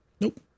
Nope